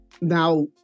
Now